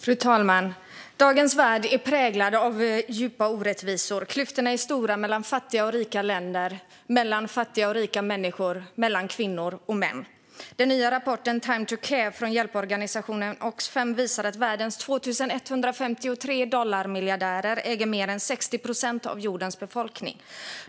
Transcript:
Fru talman! Dagens värld är präglad av djupa orättvisor. Klyftorna är stora mellan fattiga och rika länder, mellan fattiga och rika människor och mellan kvinnor och män. Den nya rapporten Time to c are från hjälporganisationen Oxfam visar att världens 2 153 dollarmiljardärer äger mer än 60 procent av jordens befolkning.